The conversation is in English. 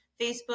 Facebook